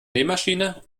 nähmaschine